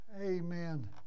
Amen